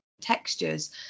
textures